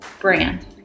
Brand